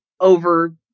over